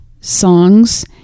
songs